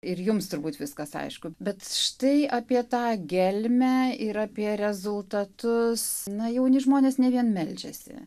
ir jums turbūt viskas aišku bet štai apie tą gelmę ir apie rezultatus na jauni žmonės ne vien meldžiasi